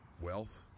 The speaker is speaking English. Wealth